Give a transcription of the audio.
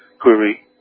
query